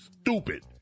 stupid